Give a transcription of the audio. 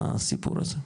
הסיפור הזה.